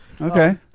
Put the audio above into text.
Okay